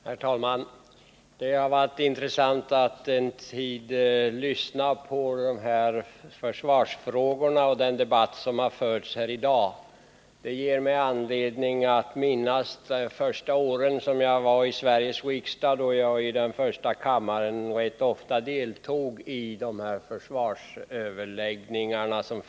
Herr talman! Det har varit intressant att lyssna på den debatt som har förts här i dag om försvarspolitiken. Debatten har fått mig att minnas mina första år i Sveriges riksdag, då jag i första kammaren rätt ofta deltog i försvarsöverläggningarna.